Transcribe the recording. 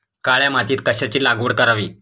काळ्या मातीत कशाची लागवड करावी?